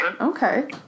Okay